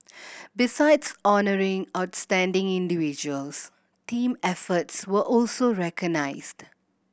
besides honouring outstanding individuals team efforts were also recognised